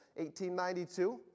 1892